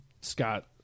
Scott